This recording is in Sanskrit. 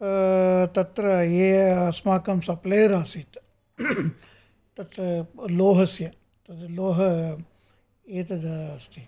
तत्र ये अस्माकं सप्लेयर् आसीत् तत्र लोहस्य लोह एतद् अस्ति